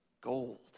Gold